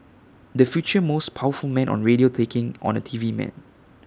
the future most powerful man on radio taking on A T V man